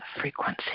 frequency